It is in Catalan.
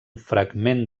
fragment